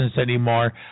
anymore